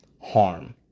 harm